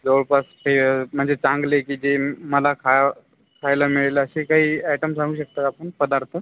जवळपास हे म्हणजे चांगले की जे मला खावं खायला मिळेल असे काही अॅटम सांगू शकता का आपण पदार्थ